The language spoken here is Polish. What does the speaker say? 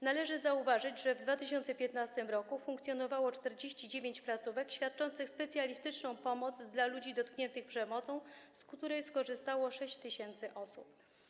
Należy zauważyć, że w 2015 r. funkcjonowało 49 placówek świadczących specjalistyczną pomoc dla ludzi dotkniętych przemocą, a z ich usług skorzystało 6 tys. osób.